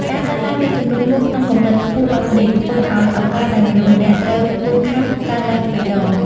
ការកើនឡើងនៃចំនួនមូសក្នុងកម្រិតខ្ពស់បែបនេះ ធ្វើឱ្យឱកាសដែលមនុស្សម្នាក់ត្រូវមូសខាំកើនឡើងទ្វេដង។